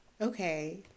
Okay